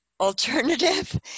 alternative